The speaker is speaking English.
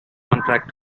contract